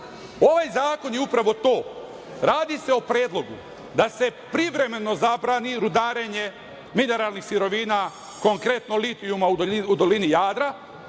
Ovaj zakon je upravo to. Radi se o predlogu da se privremeno zabrani rudarenje mineralnih sirovina, konkretno litijuma u dolini Jadra,